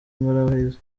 ingorabahizi